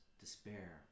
despair